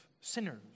sinners